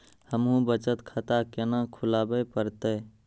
हमू बचत खाता केना खुलाबे परतें?